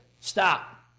Stop